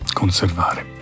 conservare